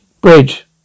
Bridge